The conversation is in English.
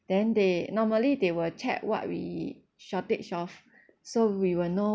then they normally they will check what we shortage of so we will know